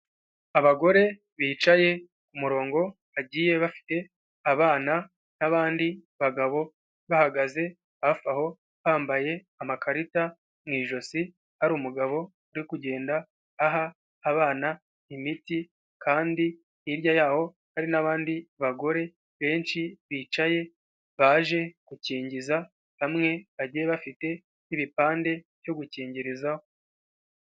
Abagore bicaye ku murongo bagiye bafite abana n'abandi bagabo bahagaze hafi aho bambaye amakarita mu ijosi hari umugabo uri kugenda aha abana imiti kandi hirya y'aho hari n'abandi bagore benshi bicaye baje gukingiza bamwe bagiye bafite n'ibipande byo gukingirizaho.